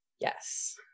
Yes